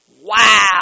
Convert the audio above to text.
Wow